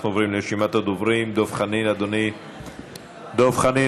אנחנו עוברים לרשימת הדוברים: דב חנין,